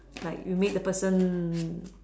like you made the person